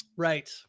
Right